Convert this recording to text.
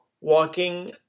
walking